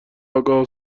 آگاه